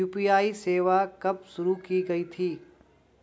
UPI सेवा कब शुरू की गई थी?